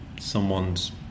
someone's